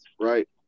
right